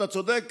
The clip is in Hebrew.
אתה צודק,